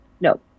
no